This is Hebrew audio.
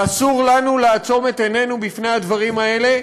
ואסור לנו לעצום את עינינו בפני הדברים האלה,